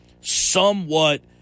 somewhat